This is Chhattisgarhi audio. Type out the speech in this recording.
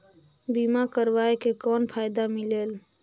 बीमा करवाय के कौन फाइदा मिलेल?